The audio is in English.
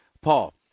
Paul